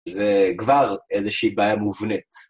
זה כבר איזושהי בעיה מובנית.